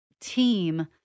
team